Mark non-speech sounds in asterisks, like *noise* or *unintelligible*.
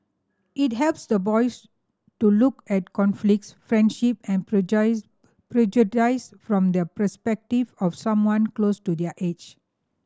it helps the boys *unintelligible* to look at conflicts friendship and *unintelligible* prejudice from the perspective of someone close to their age